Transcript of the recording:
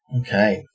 Okay